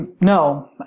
No